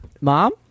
Mom